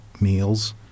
meals